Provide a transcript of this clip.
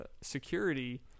security